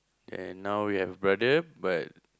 and now we have a brother but